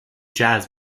jazz